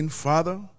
Father